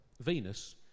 Venus